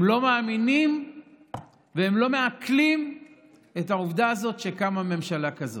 הם לא מאמינים והם לא מעכלים את העובדה הזאת שקמה ממשלה כזאת.